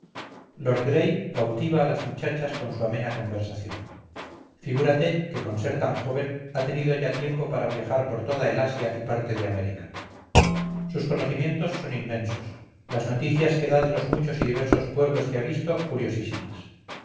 lord gray cautiva a las muchachas con su amena conversación figúrate que con ser tan joven ha tenido ya tiempo para viajar por toda el asia y parte de américa sus conocimientos son inmensos las noticias que da de los muchos y diversos pueblos que ha visto curiosísimas